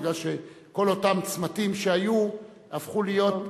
בגלל שכל אותם צמתים שהיו הפכו להיות,